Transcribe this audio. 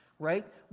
right